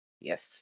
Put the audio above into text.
Yes